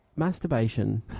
masturbation